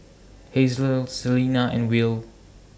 Hazle Selina and Will